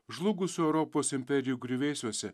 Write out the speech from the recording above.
žlugusių europos imperijų griuvėsiuose